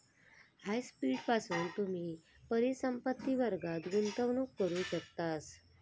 hybrid पासून तुम्ही परिसंपत्ति वर्गात गुंतवणूक करू शकतास